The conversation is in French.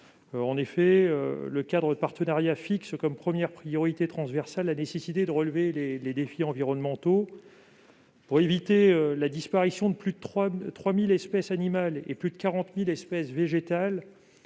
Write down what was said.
En effet, le cadre de partenariat global fixe comme priorité transversale la nécessité de relever les défis environnementaux. Pour éviter la disparition de plus de 3 000 espèces animales et de plus de 40 000 espèces végétales,